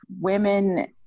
women